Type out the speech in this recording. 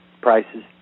prices